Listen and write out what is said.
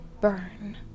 burn